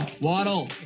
Waddle